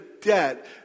debt